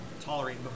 tolerate